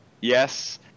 yes